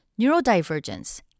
Neurodivergence